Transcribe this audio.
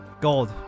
Gold